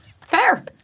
Fair